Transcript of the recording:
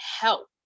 help